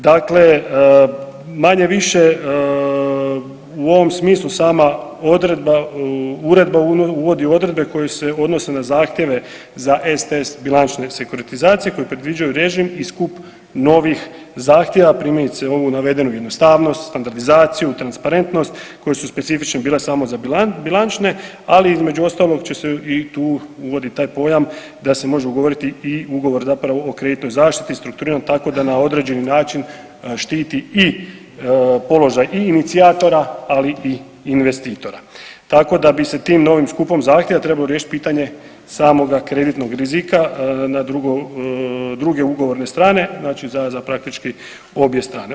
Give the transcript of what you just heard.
Dakle, manje-više u ovom smislu sama odredba, uredba uvodi odredbe koje se odnose na zahtjeve za STS bilančne sekuritizacije koje predviđaju režim i skup novih zahtjeva, primjerice ovu navedenu jednostavnost, standardizaciju, transparentnost koje su specifične bile samo za bilančne, ali između ostalog će se i tu uvodi taj pojam da se možemo govoriti i ugovor zapravo o kreditnoj zaštiti strukturiran tako da na određeni način štiti i položaj i inicijatora, ali i investitora, tako da bi se tim novim skupom zahtjeva trebalo riješiti pitanje samoga kreditnog rizika na drugo, druge ugovorne strane, znači za, za praktički obje strane.